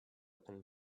open